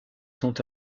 sont